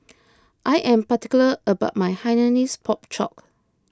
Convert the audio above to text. I am particular about my Hainanese Pork Chop